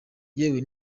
yewe